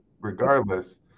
regardless